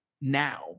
now